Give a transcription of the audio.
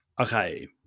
Okay